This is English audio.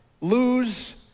lose